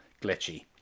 glitchy